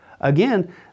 Again